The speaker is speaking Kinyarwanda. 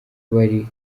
bari